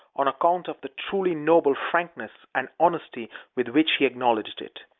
on account of the truly noble frankness and honesty with which he acknowledged it.